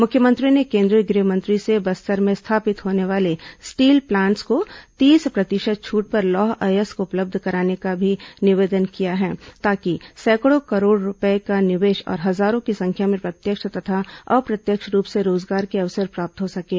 मुख्यमंत्री ने केंद्रीय गृह मंत्री से बस्तर में स्थापित होने वाले स्टील प्लांट्स को तीस प्रतिशत छूट पर लौह अयस्क उपलब्ध कराने का निवेदन भी किया है ताकि सैकड़ों करोड़ रूपये का निवेश और हजारों की संख्या में प्रत्यक्ष तथा अप्रत्यक्ष रूप से रोजगार के अवसर प्राप्त हो सकें